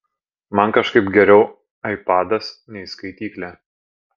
man kažkaip geriau aipadas nei skaityklė